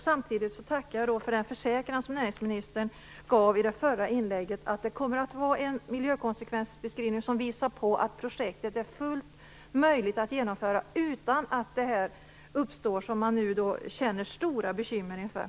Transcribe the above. Samtidigt tackar jag för den försäkran som näringsministern gav i sitt förra inlägg, nämligen att miljökonsekvensbeskrivningen kommer att visa att projektet är fullt möjligt att genomföra utan att de effekter man nu bekymrar sig för uppstår.